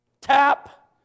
Tap